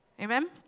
Amen